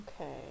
Okay